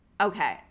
okay